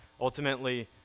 Ultimately